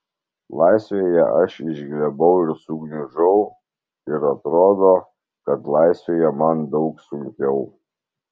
laisvėje aš išglebau ir sugniužau ir atrodo kad laisvėje man daug sunkiau